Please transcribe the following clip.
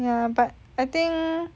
but I think